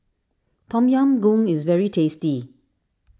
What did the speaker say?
Tom Yam Goong is very tasty